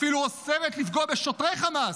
אפילו אוסרת לפגוע בשוטרי חמאס,